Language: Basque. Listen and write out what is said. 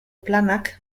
planak